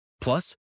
Plus